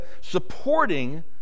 supporting